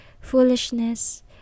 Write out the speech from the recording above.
foolishness